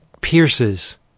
pierces